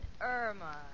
Irma